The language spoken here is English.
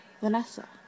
Vanessa